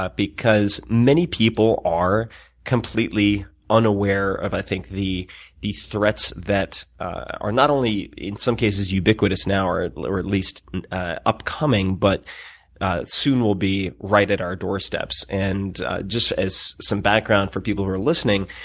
ah because many people are completely unaware of, i think, the the threats that are not only, in some cases, ubiquitous now or at or at least upcoming, but soon will be right at our doorsteps. and just as some background for people who are listening,